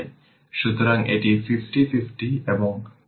সুতরাং এটি 50 50 এবং এটি 3 অ্যাম্পিয়ার